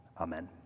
Amen